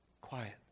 quiet